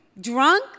drunk